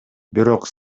бирок